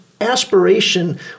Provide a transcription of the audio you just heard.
aspiration